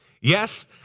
yes